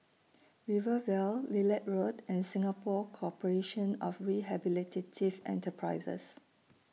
Rivervale Lilac Road and Singapore Corporation of Rehabilitative Enterprises